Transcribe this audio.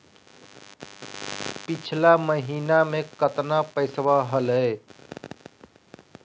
पिछला महीना मे कतना पैसवा हलय?